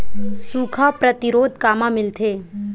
सुखा प्रतिरोध कामा मिलथे?